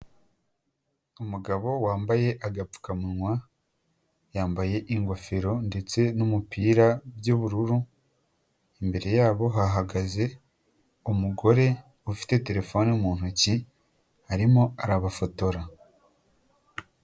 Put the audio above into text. Umugabo wambaye agapfukamunwa yambaye ingofero ndetse n' numupira by'ubururu imbere yabo hahagaze umugore ufite terefone mu ntoki arimo arabafotora.